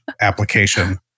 application